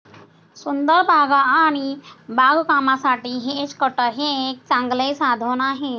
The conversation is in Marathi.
सुंदर बागा आणि बागकामासाठी हेज कटर हे एक चांगले साधन आहे